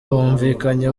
bumvikanye